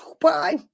Bye